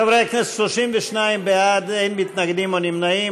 חברי הכנסת, 32 בעד, אין מתנגדים או נמנעים.